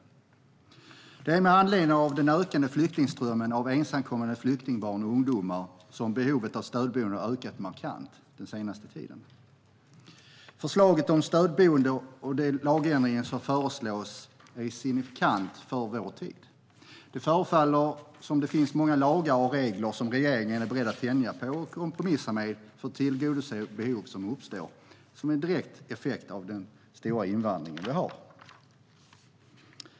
Det är med anledning av den ökande flyktingströmmen av ensamkommande barn och ungdomar som behovet av stödboende har ökat markant den senaste tiden. Förslaget om stödboende och lagändringar är signifikant för vår tid. Det förefaller som om det finns många lagar och regler som regeringen är beredd att tänja på och kompromissa med för att tillgodose behov som uppstår som en direkt effekt av den stora invandring vi har.